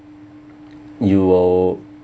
you will